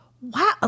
Wow